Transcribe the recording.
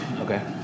Okay